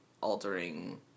altering